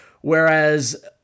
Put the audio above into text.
whereas